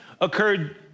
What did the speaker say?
occurred